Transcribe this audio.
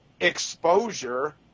exposure